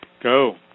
Go